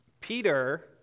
Peter